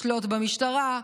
לשלוט במשטרה,